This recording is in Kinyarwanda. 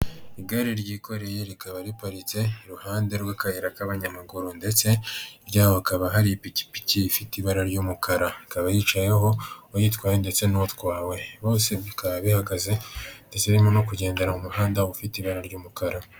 Igare ryikoreye rikaba riparitse iruhande rw'akayira k'abanyamaguru ndetse hirya yaho hakaba hari ipikipiki ifite ibara ry'umukara ikaba yicayeho uyitwaye ndetse n'uwatwawe bose bikaba bihagaze ndetse biri mo kugendera mu muhanda ufite ibara ry'umukara.